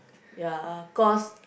ya cause